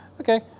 Okay